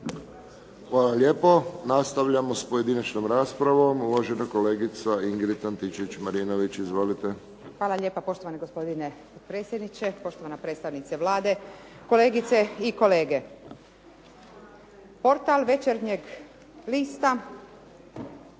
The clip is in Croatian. Hvala lijepo. Nastavljamo s pojedinačnom raspravom, uvažena kolegica Ingrid Antičević-Marinović. Izvolite. **Antičević Marinović, Ingrid (SDP)** Hvala lijepo poštovani gospodine potpredsjedniče, poštovana predstavnice Vlade, kolegice i kolege. Portal Večernjeg lista